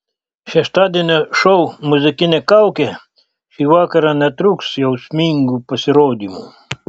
šeštadienio šou muzikinė kaukė šį vakarą netrūks jausmingų pasirodymų